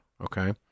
okay